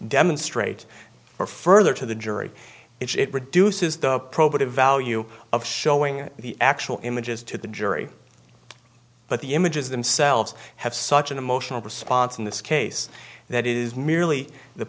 demonstrate or further to the jury it reduces the probative value of showing the actual images to the jury but the images themselves have such an emotional response in this case that is merely the